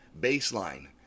baseline